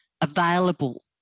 available